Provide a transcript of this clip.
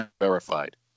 verified